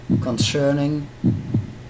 concerning